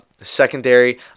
secondary